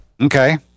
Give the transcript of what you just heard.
okay